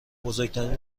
بزرگترین